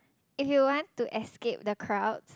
if you want to escape the crowds